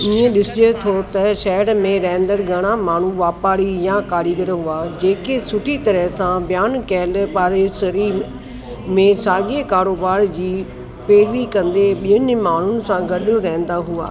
ईअं ॾिसजे थो त शहर में रहंदड़ घणां माण्हू वापारी या कारीग़र हुआ जेके सुठी तरह सां बयानु कयलु पाड़ेसरी में साॻिए कारोबार जी पेरवी कंदे ॿियुनि माण्हुनि सां गॾु रहंदा हुआ